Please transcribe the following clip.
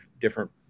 different